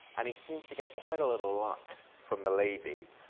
and he seems to get quite a little luck from the ladies.